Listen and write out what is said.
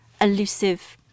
elusive